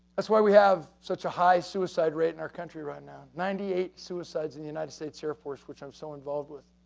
that's why we have such a high suicide rate in our country right now. ninety-eight suicides in the united states air force, which i'm still so involved with,